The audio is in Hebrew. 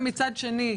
ומצד שני,